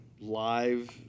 live